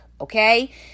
okay